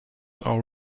are